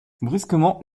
brusquement